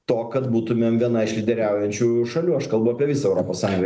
to kad būtumėm viena iš lyderiaujančiųjų šalių aš kalbu apie visą europos sąjungą